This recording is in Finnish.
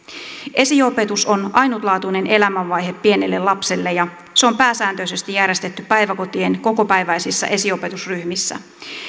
esiopetus on on ainutlaatuinen elämänvaihe pienelle lapselle ja se on pääsääntöisesti järjestetty päiväkotien kokopäiväisissä esiopetusryhmissä